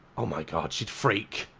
ah my god, she'd freak.